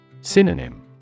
Synonym